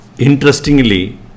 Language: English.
Interestingly